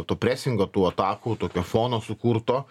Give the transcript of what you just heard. to presingo tų atakų tokio fono sukurto